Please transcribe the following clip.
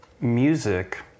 music